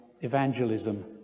evangelism